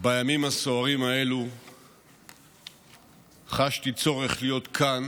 בימים הסוערים האלה חשתי צורך להיות כאן